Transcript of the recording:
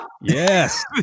Yes